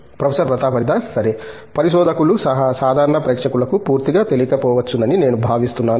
professor Pratap Haridas సరే పరిశోధకులు సహా సాధారణ ప్రేక్షకులకు పూర్తిగా తెలియకపోవచ్చునని నేను భావిస్తున్నాను